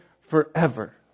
forever